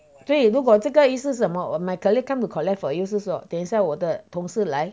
所以如果这个意识是什么我 my colleague come and collect for you 是不是说等一下我的同事来